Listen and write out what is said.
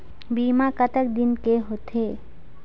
बीमा कतक दिन के होते?